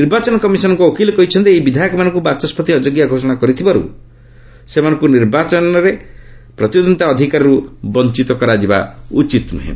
ନିର୍ବାଚନ କମିଶନଙ୍କ ଓକିଲ କହିଛନ୍ତି ଏହି ବିଧାୟକମାନଙ୍କୁ ବାଚସ୍କତି ଅଯୋଗ୍ୟ ଘୋଷଣା କରିଥିବାରୁ ସେମାନଙ୍କୁ ସେମାନଙ୍କର ନିର୍ବାଚନରେ ପ୍ରତିଦ୍ୱନ୍ଦିତା ଅଧିକାରର୍ତ ବଞ୍ଚିତ କରାଯାଇ ପାରିବ ନାହିଁ